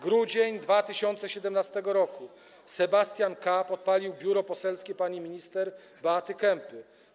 Grudzień 2017 r.: Sebastian K. podpalił biuro poselskie pani minister Beaty Kempy.